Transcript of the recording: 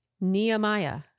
Nehemiah